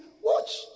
Watch